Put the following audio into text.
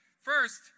First